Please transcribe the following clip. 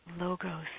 logos